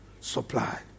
supply